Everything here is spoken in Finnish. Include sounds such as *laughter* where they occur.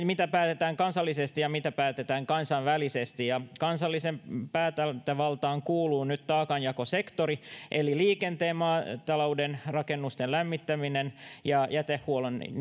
*unintelligible* mitä päätetään kansallisesti ja mitä päätetään kansainvälisesti kansalliseen päätäntävaltaan kuuluu nyt taakanjakosektori eli liikenteen maatalouden rakennusten lämmittämisen ja jätehuollon